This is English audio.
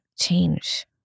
change